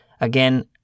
Again